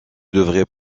devait